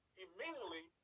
immediately